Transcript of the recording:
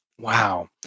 Wow